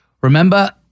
Remember